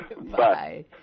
Bye